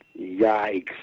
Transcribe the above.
Yikes